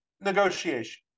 negotiation